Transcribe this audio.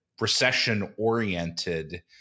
recession-oriented